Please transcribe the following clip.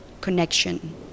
connection